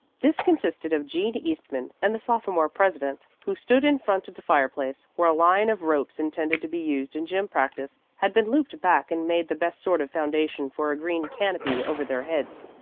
this consisted of jean eastman and the sophomore president, who stood in front of the fireplace, where a line of ropes intended to be used in gym practice had been looped back and made the best sort of foundation for a green canopy over their heads.